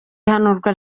ihanurwa